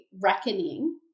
reckoning